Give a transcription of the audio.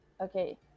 Okay